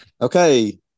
Okay